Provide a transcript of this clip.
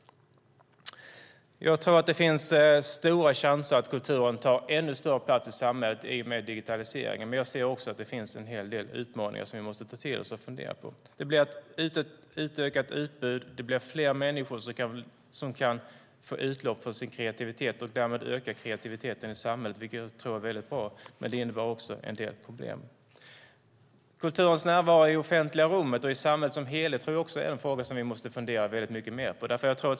Jag tror att det finns stora chanser att kulturen tar ännu större plats i samhället i och med digitaliseringen. Men jag ser också att det finns en hel del utmaningar som vi måste ta till oss och fundera på. Det blir ett utökat utbud, och det blir fler människor som kan få utlopp för sin kreativitet. Därmed ökar kreativiteten i samhället, vilket jag tror är bra. Men det innebär också en del problem. Kulturens närvaro i det offentliga rummet och i samhället som helhet är en fråga som vi måste fundera mycket mer på.